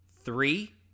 three